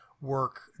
work